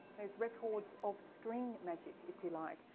there's records of string magic if you like,